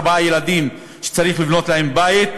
ארבעה ילדים שצריך לבנות להם בית,